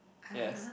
yes